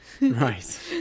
Right